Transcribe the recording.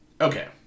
okay